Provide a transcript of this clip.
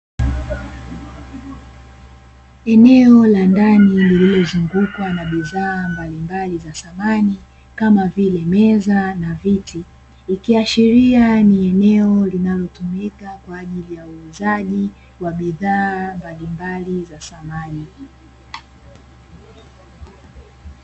Eneo la ndani lililozungukwa na bidhaa mbalimbali za samani kama vile meza na viti, ikiashiria ni eneo linalotumika kwa ajili ya uuzaji wa bidhaa mbalimbali za samani.